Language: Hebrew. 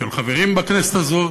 של חברים בכנסת הזו.